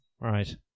Right